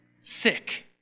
sick